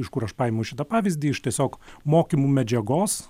iš kur aš paimu šitą pavyzdį iš tiesiog mokymų medžiagos